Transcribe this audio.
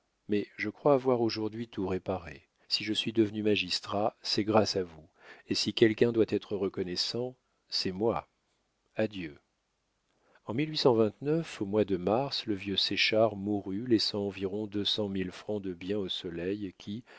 mais je crois avoir aujourd'hui tout réparé si je suis devenu magistrat c'est grâce à vous et si quelqu'un doit être reconnaissant c'est moi adieu en au mois de mars le vieux séchard mourut laissant environ deux cent mille francs de biens au soleil qui